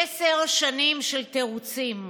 עשר שנים של תירוצים,